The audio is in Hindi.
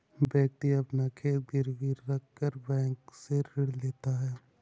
व्यक्ति अपना खेत गिरवी रखकर बैंक से ऋण लेता है